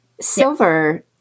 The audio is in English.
silver